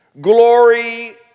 glory